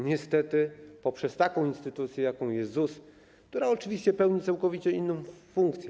Niestety poprzez taką instytucję, jaką jest ZUS, która oczywiście pełni całkowicie inną funkcję.